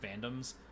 fandoms